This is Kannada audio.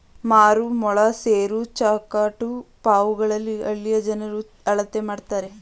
ಮಾರು, ಮೊಳ, ಸೇರು, ಚಟಾಕು ಪಾವುಗಳಲ್ಲಿ ಹಳ್ಳಿಯ ಜನರು ಅಳತೆ ಮಾಡ್ತರೆ